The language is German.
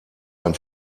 ein